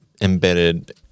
embedded